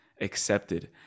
accepted